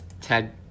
Ted